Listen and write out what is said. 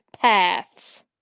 paths